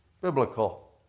biblical